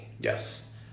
Yes